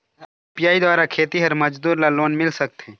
UPI द्वारा खेतीहर मजदूर ला लोन मिल सकथे?